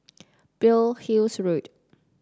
Pearl's Hill Road